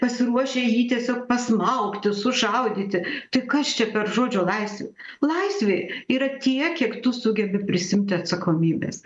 pasiruošę jį tiesiog pasmaugti sušaudyti tai kas čia per žodžio laisvė laisvė yra tiek kiek tu sugebi prisiimti atsakomybės